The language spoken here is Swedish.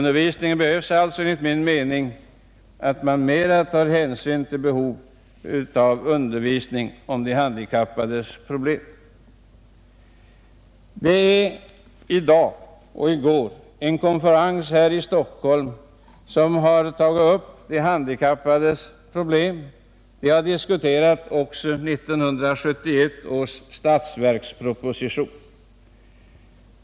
Det behövs alltså enligt min mening att man i skolundervisningen bättre beaktar behovet av undervisning om de handikappades problem. I går och i dag har en konferens pågått här i Stockholm rörande de handikappades problem, och man har där diskuterat också 1971 års statsverksproposition.